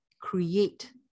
create